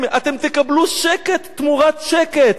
אתם תקבלו שקט תמורת שקט,